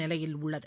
நிலையில் உள்ளது